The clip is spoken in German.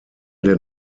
der